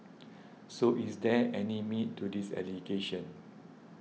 so is there any meat to these allegations